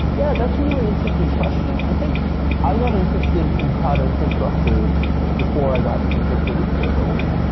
yeah, that's really interesting question. i think i got interested in cloud infrastructure before i got interested in serverless.